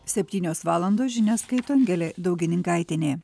septynios valandos žinias skaito angelė daugininkaitienė